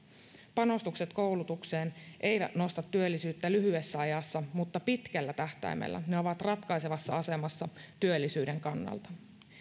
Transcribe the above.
panostukset koulutukseen eivät nosta työllisyyttä lyhyessä ajassa mutta pitkällä tähtäimellä ne ovat ratkaisevassa asemassa työllisyyden kannalta